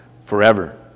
forever